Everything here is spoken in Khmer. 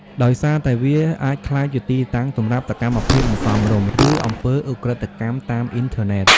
ដោយសារតែវាអាចក្លាយជាទីតាំងសម្រាប់សកម្មភាពមិនសមរម្យ ឬអំពើឧក្រិដ្ឋកម្មតាមអ៊ីនធឺណិត។